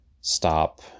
stop